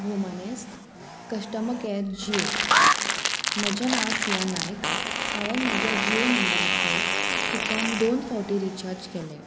भोमानेस्त customer care Jio म्हजें नांव सिया नायक हांवेन म्हज्या जियो नंबराचेर चुकोन दोन फावटी रिचार्ज केलें